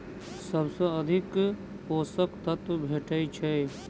सबसँ अधिक पोसक तत्व भेटय छै?